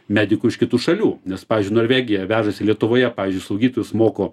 medikų iš kitų šalių nes pavyzdžiui norvegija vežasi lietuvoje pavyzdžiui slaugytojus moko